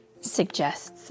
suggests